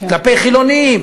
כלפי חילונים,